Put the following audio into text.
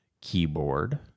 keyboard